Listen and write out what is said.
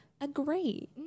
agree